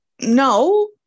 No